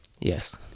Yes